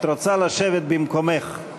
את רוצה לשבת במקומך,